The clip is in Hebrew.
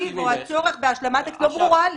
תקציב או הצורך בהשלמה לא ברורה לי.